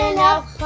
Enough